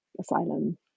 asylum